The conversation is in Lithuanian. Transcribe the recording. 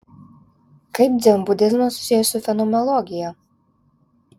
kaip dzenbudizmas susijęs su fenomenologija